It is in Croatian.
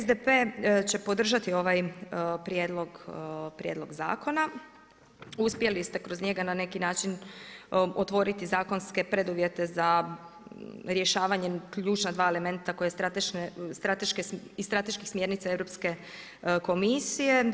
SDP će podržati ovaj prijedlog zakona, uspjeli ste kroz njega na neki način otvoriti zakonske preduvjete za rješavanjem ključna dva elementa iz strateških smjernica Europske komisije.